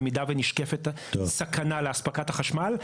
במידה ונשקפת סכנה לאספקת החשמל,